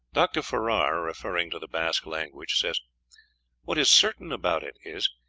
dr. farrar, referring to the basque language, says what is certain about it is,